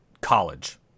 College